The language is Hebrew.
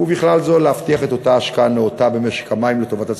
ובכלל זה להבטיח את אותה השקעה נאותה במשק המים לטובת הצרכנים.